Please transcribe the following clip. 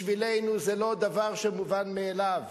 בשבילנו זה לא דבר מובן מאליו.